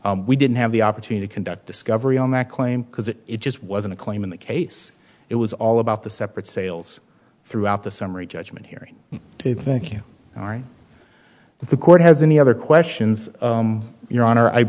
we didn't have the opportunity conduct discovery on that claim because it just wasn't a claim in that case it was all about the separate sales throughout the summary judgment hearing to think you are if the court has any other questions your honor i